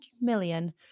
million